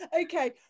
okay